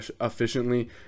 efficiently